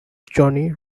johnny